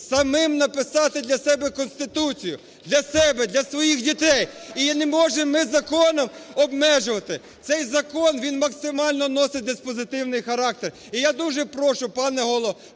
самим написати для себе конституцію, для себе, для своїх дітей. І її не можемо ми законом обмежувати. Цей закон, він максимально носить диспозитивний характер. І я дуже прошу, пане Голово,